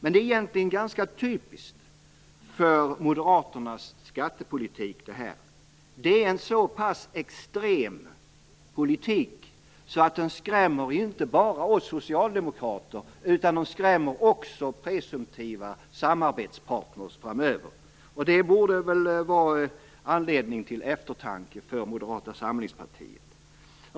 Det är egentligen ganska typiskt för Moderaternas skattepolitik. Det är en så pass extrem politik att den skrämmer inte bara oss socialdemokrater utan också presumtiva samarbetspartner framöver. Det borde vara anledning till eftertanke för Moderata samlingspartiet.